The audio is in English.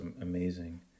amazing